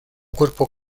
cuerpo